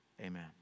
Amen